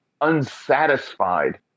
unsatisfied